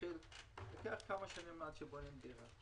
אבל לוקח כמה שנים עד שבונים דירה.